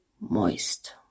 moist